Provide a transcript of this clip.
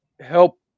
help